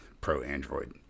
pro-Android